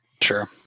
Sure